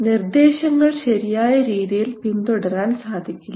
നിർദ്ദേശങ്ങൾ ശരിയായ രീതിയിൽ പിന്തുടരാൻ സാധിക്കില്ല